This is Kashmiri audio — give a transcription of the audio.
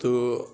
تہٕ